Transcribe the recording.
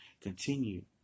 Continue